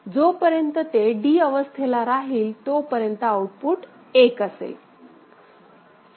जोपर्यंत ते d अवस्थेला राहील तोपर्यंत आउटपुट 1असेल